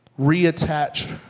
reattach